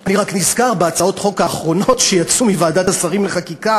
אני רק נזכר בהצעות החוק האחרונות שיצאו מוועדת השרים לחקיקה,